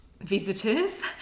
visitors